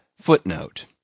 Footnote